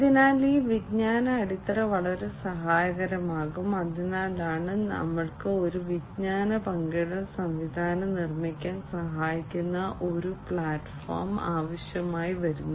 അതിനാൽ ഈ വിജ്ഞാന അടിത്തറ വളരെ സഹായകരമാകും അതിനാലാണ് ഞങ്ങൾക്ക് ഒരു വിജ്ഞാന പങ്കിടൽ സംവിധാനം നിർമ്മിക്കാൻ സഹായിക്കുന്ന ഒരു പ്ലാറ്റ്ഫോം ആവശ്യമായി വരുന്നത്